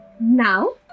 now